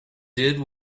did